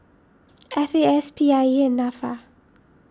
F A S P I E and Nafa